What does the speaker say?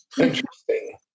Interesting